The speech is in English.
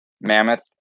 Mammoth